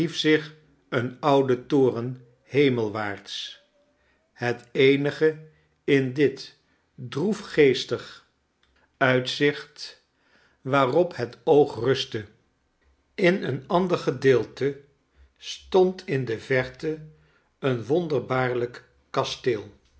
zich een oude toren hemelwaarts het eenige in dit droefgeestig uitzicht waarop het oog rustte in een ander gedeelte stond in de verte een wonderbaarlijk kasteel